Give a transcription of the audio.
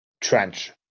trench